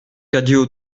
cadio